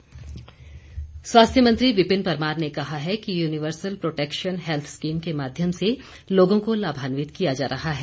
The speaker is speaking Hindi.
विपिन परमार स्वास्थ्य मंत्री विपिन परमार ने कहा है कि युनिवर्सल प्रोटैकशन हैल्थ स्कीम के माध्यम से लोगों को लाभान्वित किया जा रहा है